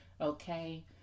Okay